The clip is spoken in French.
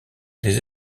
les